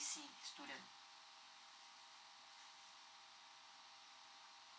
J_C student